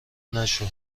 نشو